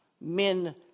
men